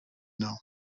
know